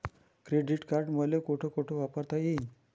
Credit card मले कोठ कोठ वापरता येईन?